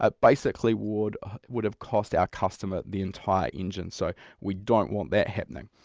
ah basically would would have cost our customer the entire engine. so we don't want that happening.